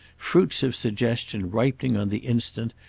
fruits of suggestion ripening on the instant,